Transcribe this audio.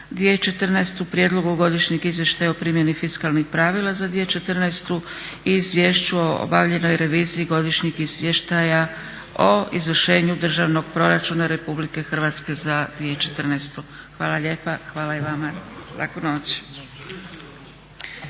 2014., Prijedlog u godišnjeg izvještaja o primjeni fiskalnih pravila za 2014.i Izvješću o obavljenoj reviziji Godišnjeg izvještaja o izvršenju Državnog proračuna RH za 2014. Hvala lijepa. Hvala i vama. Laku noć.